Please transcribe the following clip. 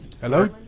Hello